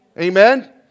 amen